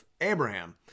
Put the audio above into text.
Abraham